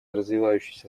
развивающейся